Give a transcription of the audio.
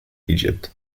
egypt